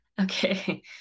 Okay